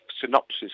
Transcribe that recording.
synopsis